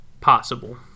possible